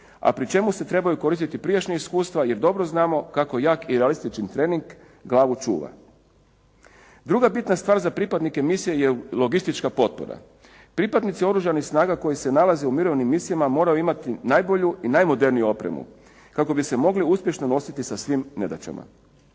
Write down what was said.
a pri čemu se trebaju koristiti prijašnja iskustva jer dobro znamo kako jak i realističan trening glavu čuva. Druga bitna stvar za pripadnike misije je logistička potpora. Pripadnici Oružanih snaga koji se nalaze u mirovnim misijama moraju imati najbolju i najmoderniju opremu, kako bi se mogu uspješno nositi sa svim nedaćama.